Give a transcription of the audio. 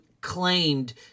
claimed